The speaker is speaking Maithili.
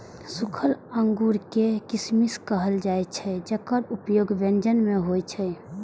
सूखल अंगूर कें किशमिश कहल जाइ छै, जेकर उपयोग व्यंजन मे होइ छै